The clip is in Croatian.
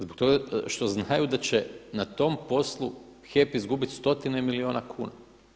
Zbog toga što znaju da će na tom poslu HEP izgubiti stotine milijuna kuna.